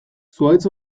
zuhaitz